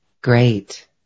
Great